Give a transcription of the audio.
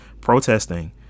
protesting